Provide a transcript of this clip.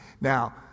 Now